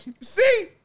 See